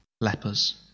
lepers